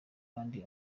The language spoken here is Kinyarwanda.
kandi